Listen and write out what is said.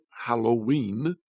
Halloween